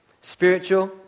Spiritual